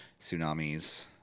tsunamis